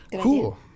cool